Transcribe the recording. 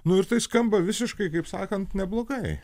nu ir tai skamba visiškai kaip sakant neblogai